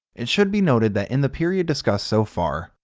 it should be noted that in the period discussed so far,